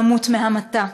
או למות בהמתה.